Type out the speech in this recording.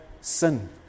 sin